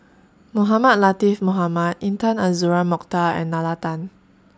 Mohamed Latiff Mohamed Intan Azura Mokhtar and Nalla Tan